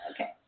okay